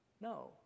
No